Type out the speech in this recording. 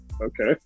Okay